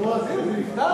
נו, אז הנה, זה נפתר.